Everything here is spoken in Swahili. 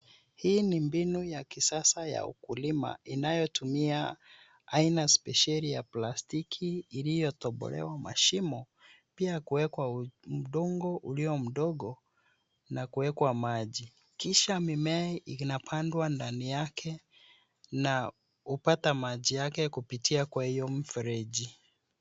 Hii ni mbinu ya kisasa ya ukulima inayotumia aina spesheli ya plastiki iliyotobolewa mashimo, pia kuekwa udongo ulio mdogo na kuekwa maji, kisha mimea inapandwa ndani yake na hupata maji yake kupitia kwa hiyo mfereji.